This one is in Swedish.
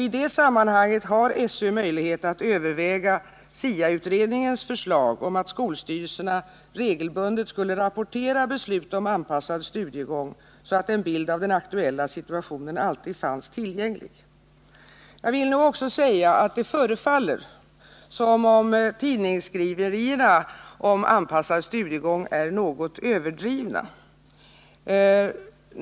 I detta sammanhang har SÖ möjlighet att överväga SIA-utredningens förslag om att skolstyrelserna regelbundet skulle rapportera beslut om anpassad studiegång, så att en bild av den aktuella situationen alltid fanns tillgänglig. Jag vill dock framhålla att det förefaller som om tidningsskriverierna om anpassad studiegång är något överdrivna.